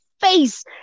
face